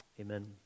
amen